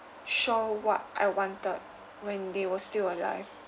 show what I wanted when they were still alive